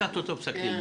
לקחת אותו לפסק דין ויצו.